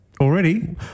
Already